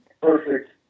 perfect